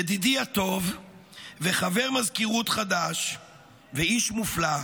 ידידי הטוב וחבר מזכירות חד"ש ואיש מופלא,